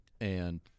and-